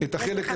את החלק הזה.